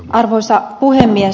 arvoisa puhemies